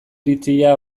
iritzia